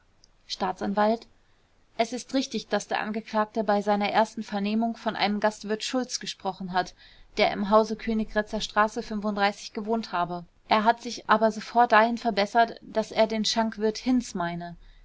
staatsanwalt es ist richtig daß der angeklagte bei seiner ersten vernehmung von einem gastwirt schulz gesprochen hat der im hause königgrätzer straße gewohnt habe er hat sich aber sofort dahin verbessert daß er den schankwirt hinz meine